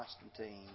Constantine